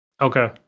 Okay